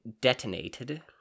detonated